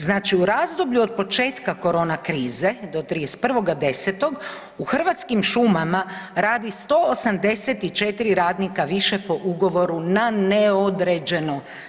Znači, u razdoblju od početka korona krize do 31. 10. u Hrvatskim šumama radi 184 radnika više po ugovoru na neodređeno.